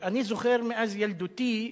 אני זוכר מאז ילדותי,